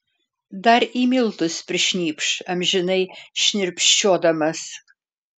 dar į miltus prišnypš amžinai šnirpščiodamas